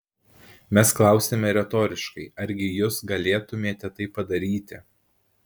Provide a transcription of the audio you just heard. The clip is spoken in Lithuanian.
mes klausiame retoriškai argi jus galėtumėte tai padaryti